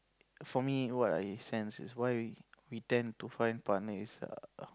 for me what I sense is why we tend to find partner is err